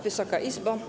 Wysoka Izbo!